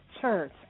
church